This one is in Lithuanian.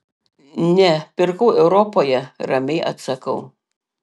ne pirkau europoje ramiai atsakau